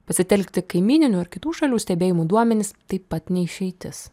pasitelkti kaimyninių ir kitų šalių stebėjimų duomenis taip pat ne išeitis